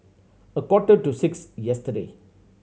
a quarter to six yesterday